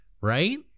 right